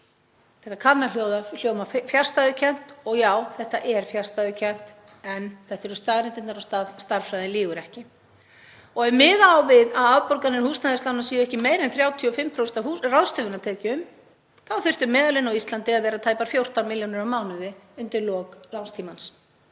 Þetta kann að hljóma fjarstæðukennt — og já, þetta er fjarstæðukennt, en þetta eru staðreyndirnar og stærðfræðin lýgur ekki. Ef miða á við að afborganir húsnæðislána séu ekki meira en 35% af ráðstöfunartekjum þyrftu meðallaun á Íslandi að vera tæpar 14 milljónir á mánuði undir lok lánstímans.